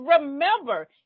remember